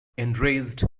enraged